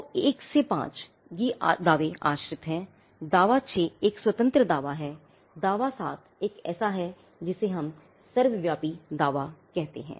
तो 1 से 5 यह आश्रित है दावा 6 एक स्वतंत्र दावा है दावा 7 एक ऐसा है जिसे हम एक सर्वव्यापी दावा कहते हैं